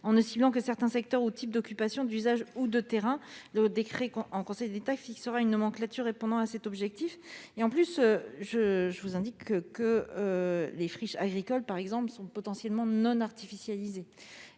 en ne ciblant que certains secteurs ou types d'occupation, d'usage ou de terrain. Le décret en Conseil d'État fixera une nomenclature répondant à cet objectif. J'ajoute que les friches agricoles, par exemple, sont potentiellement non artificialisées,